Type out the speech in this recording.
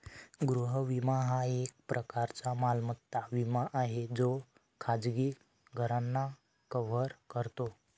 गृह विमा हा एक प्रकारचा मालमत्ता विमा आहे जो खाजगी घरांना कव्हर करतो